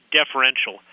deferential